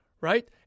right